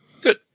Good